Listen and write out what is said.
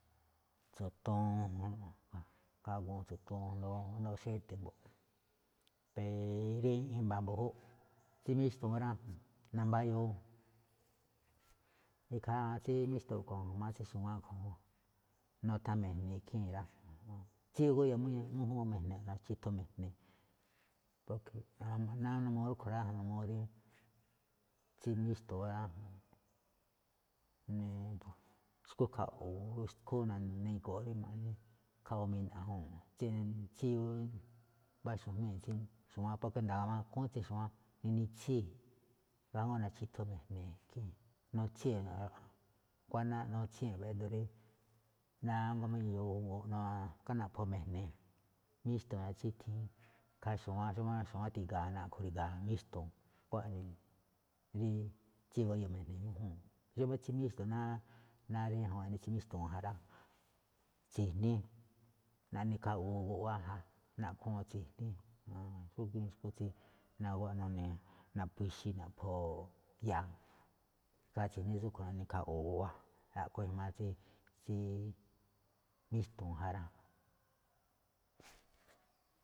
Tso̱toon naka gágu̱u̱n tso̱toon asndo o asndo xede̱ mbo̱ꞌ. Rí i̱mba̱ mbu̱júꞌ, tsí míxtu̱u̱n rá, nambáyúu, ikhaa tsí míxtu̱u̱n a̱ꞌkhue̱n nuthan mi̱jne̱e̱ ikhii̱n rá, tsíyuu gúya mújúun mi̱jne̱e̱ na̱chi̱thun mi̱jne̱e̱. Náá n uu rúꞌkhue̱n rá, n uu rí tsí míxtu̱u̱n rá, xu̱kú khaꞌwo, xu̱kú na̱ni̱gu̱u̱ꞌ ma̱ꞌne, khaꞌwoo mina̱ꞌ ñajuu̱n. Tsí-tsíyuu gámbáxu jmíi̱n tsí tsí xu̱wán porke nda̱a̱ gamakúún tsí xu̱wán nanitsíi̱, ikhaa jngó na̱chi̱thun mi̱jne̱e̱ ikhii̱n, nutsíi̱n nguáná ído̱ rí, nánguá má iyoo, ra̱ꞌkhá naꞌpho̱ mi̱jne̱e̱ míxtu̱u̱n nachíthiin ikhaa xu̱wán, xómá xu̱wán ga̱ti̱ga̱a̱ naꞌkhui̱i̱ míxtu̱u̱n. Xkuaꞌnii rí tsíyuu gúya mi̱jne̱e̱ mújúu̱n. Xómá tsí míxtu̱u̱n, náá, náá rí ñajun eꞌne tsí míxtu̱u̱n ja rá, tsi̱jní naꞌne khaꞌwu̱u̱ guꞌwáá ja, naꞌkhúu̱n tsi̱jní, xúgíin xu̱kú tsí naguwá nune̱, naꞌphi̱i̱ ixí naꞌpho̱ ya̱a̱, ikhaa tsi̱jní tsúꞌkhue̱n naꞌne khaꞌwu̱u̱ guꞌwáá, a̱ꞌkhue̱n ijmaa tsí tsí míxtu̱u̱n ja rá.